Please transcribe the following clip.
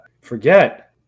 Forget